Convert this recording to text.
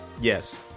Yes